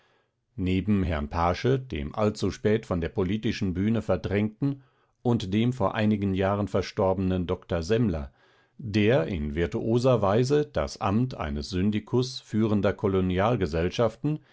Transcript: neben herrn paasche dem allzu spät von der politischen bühne verdrängten und dem vor einigen jahren verstorbenen dr semmler der in virtuoser weise das amt eines syndikus führender